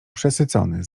przesycony